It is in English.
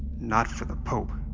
not for the pope,